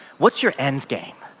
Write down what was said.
what's your end game?